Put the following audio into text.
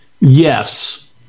Yes